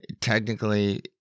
technically